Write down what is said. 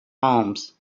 homes